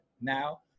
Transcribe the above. now